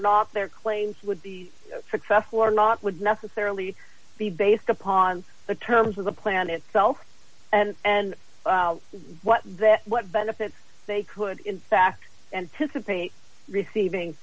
not their claims would be successful or not would necessarily be based upon the terms of the planet itself and and what that what benefits they could in fact and dissipate receiving